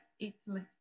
Italy